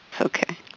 okay